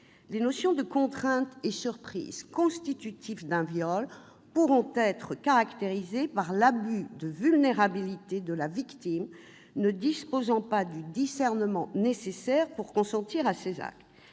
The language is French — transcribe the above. Les notions de contrainte et de surprise, constitutives d'un viol, pourront « être caractérisées par l'abus de vulnérabilité de la victime ne disposant pas du discernement nécessaire pour consentir à ces actes